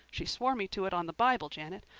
she swore me to it on the bible janet,